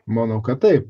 manau kad taip